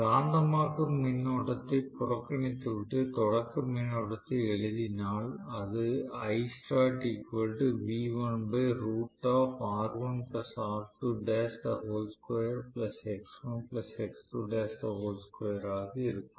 காந்தமாக்கும் மின்னோட்டத்தை புறக்கணித்துவிட்டு தொடக்க மின்னோட்டத்தை எழுதினால் அது ஆக இருக்கும்